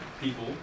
people